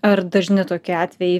ar dažni toki atvejai